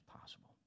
possible